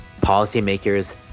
Policymakers